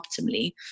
optimally